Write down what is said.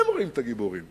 אתם ראיתם את הגיבורים.